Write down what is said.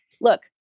look